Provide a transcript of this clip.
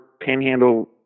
panhandle